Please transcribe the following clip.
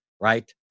right